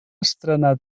estrenar